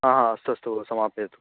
आ हा अस्तु अस्तु समापयतु